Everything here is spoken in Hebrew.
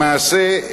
למעשה,